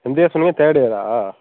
எந்த இயர் சொன்னீங்க தேர்ட் இயரா